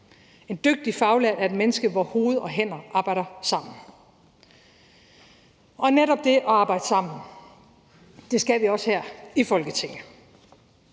En dygtig faglært er et menneske, hvor hoved og hænder arbejder sammen. Netop det at arbejde sammen skal vi også her i Folketinget.